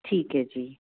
ਠੀਕ ਹੈ ਜੀ